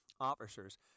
officers